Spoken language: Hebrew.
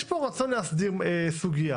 יש פה רצון להסדיר סוגיה.